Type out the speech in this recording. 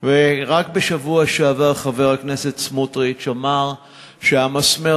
ורק בשבוע שעבר חבר הכנסת סמטוריץ אמר שהמסמר